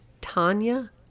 Tanya